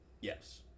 Yes